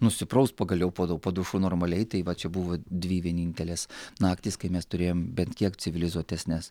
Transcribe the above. nusipraust pagaliau po do po dušu normaliai tai va čia buvo dvi vienintelės naktys kai mes turėjom bent kiek civilizuotesnes